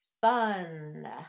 fun